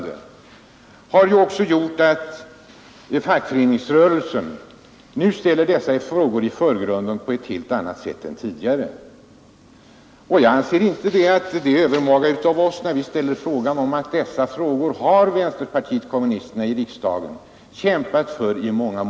Detta har också gjort att fackföreningsrörelsen nu ställer dessa frågor i förgrunden på ett helt annat sätt än tidigare. Jag anser inte att det är övermaga av oss att ta upp dessa frågor; vänsterpartiet kommunisterna har i många år i riksdagen kämpat för dessa krav.